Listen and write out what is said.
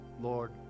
Lord